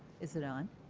is it on?